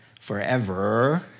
forever